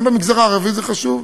גם במגזר הערבי זה חשוב,